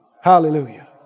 Hallelujah